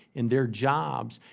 and their jobs,